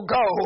go